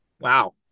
Wow